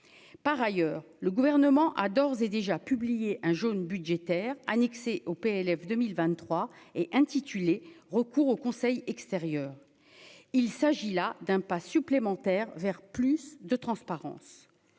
par ailleurs, le gouvernement a d'ores et déjà publié un jaune budgétaire annexé au PLF 2023 et intitulé recours au Conseil extérieurs, il s'agit là d'un pas supplémentaire vers plus de transparence